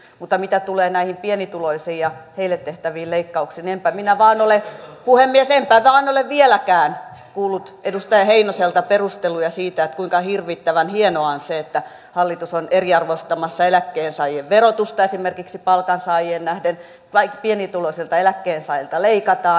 mutta mitä tulee näihin pienituloisiin ja heille tehtäviin leikkauksiin niin enpä minä vain ole puhemies vieläkään kuullut edustaja heinoselta perusteluja siitä kuinka hirvittävän hienoa on se että hallitus on esimerkiksi eriarvoistamassa eläkkeensaajien verotusta palkansaajiin nähden tai että pienituloisilta eläkkeensaajilta leikataan